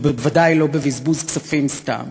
ובוודאי לא בבזבוז כספים סתם,